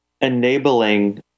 enabling